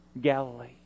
Galilee